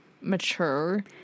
mature